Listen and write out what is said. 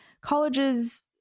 colleges